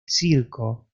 circo